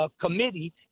committee